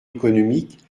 économiques